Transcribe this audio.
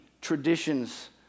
traditions